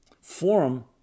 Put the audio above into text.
Forum